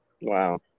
Wow